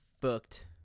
fucked